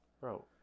bro